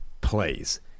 plays